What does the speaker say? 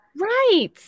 Right